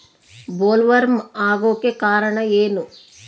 Bollworm ಆಗೋಕೆ ಕಾರಣ ಏನು?